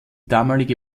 damalige